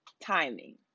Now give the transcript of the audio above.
timing